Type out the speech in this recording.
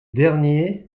derniers